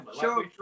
show